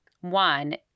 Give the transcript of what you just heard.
One